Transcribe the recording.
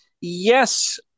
Yes